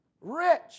rich